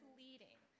leading